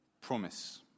Promise